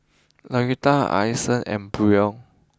Litha Alison and Brion